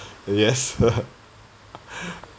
yes